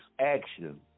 action